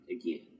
again